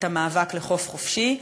את המאבק לחוף חופשי.